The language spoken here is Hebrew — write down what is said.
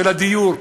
של הדיור,